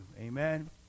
Amen